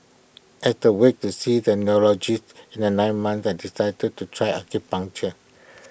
as the wait to see the neurologist in the nine months I decided to try acupuncture